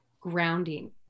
grounding